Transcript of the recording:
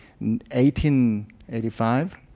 1885